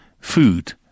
food